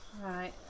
Right